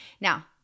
Now